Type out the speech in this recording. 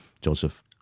Joseph